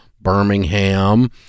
Birmingham